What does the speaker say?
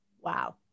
Wow